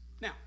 now